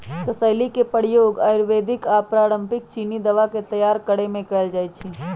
कसेली के प्रयोग आयुर्वेदिक आऽ पारंपरिक चीनी दवा के तइयार करेमे कएल जाइ छइ